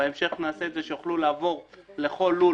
בהמשך נעשה את זה שיוכלו לעבור לכל לול